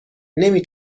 نمی